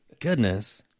Goodness